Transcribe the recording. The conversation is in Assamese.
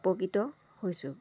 উপকৃত হৈছোঁ